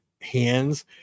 hands